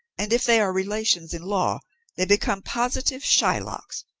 and if they are relations-in-law they become positive shylocks.